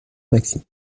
maxime